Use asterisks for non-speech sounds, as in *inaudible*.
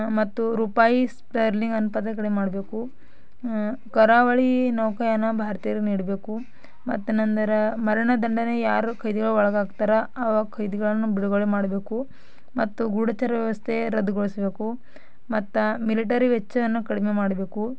ಮತ್ತು ರೂಪಾಯಿ ಸ್ಪೆರ್ಲಿಂಗ್ *unintelligible* ಮಾಡಬೇಕು ಕರಾವಳಿ ನೌಕಾಯಾನ ಭಾರತೀಯರನ್ನ ಇಡಬೇಕು ಮತ್ತೇನೆಂದರೆ ಮರಣ ದಂಡನೆ ಯಾರು ಕೈದಿಗಳು ಒಳಗಾಗ್ತರೆ ಆ ಕೈದಿಗಳನ್ನು ಬಿಡುಗಡೆ ಮಾಡಬೇಕು ಮತ್ತು ಗೂಢಚರ ವ್ಯವಸ್ಥೆ ರದ್ದುಗೊಳಿಸಬೇಕು ಮತ್ತು ಮಿಲಿಟರಿ ವೆಚ್ಚವನ್ನು ಕಡಿಮೆ ಮಾಡಬೇಕು